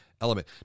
element